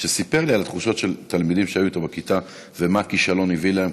שסיפר לי על התחושות של תלמידים שהיו איתו בכיתה ומה הכישלון הביא להם,